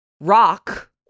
rock